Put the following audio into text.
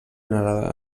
narrar